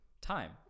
time